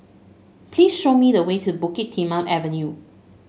please show me the way to Bukit Timah Avenue